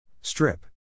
Strip